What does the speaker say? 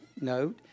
note